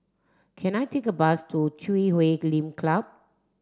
can I take a bus to Chui Huay Lim Club